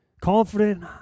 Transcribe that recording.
Confident